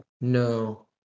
no